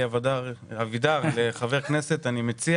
עם שובו של השר אלי אבידר לחבר כנסת אני מציע